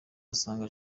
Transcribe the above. asanga